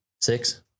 six